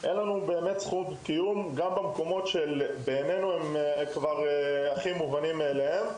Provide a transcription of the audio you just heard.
אין לנו באמת זכות קיום גם במקומות שבעינינו הם הכי מובנים מאליהם.